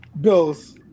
bills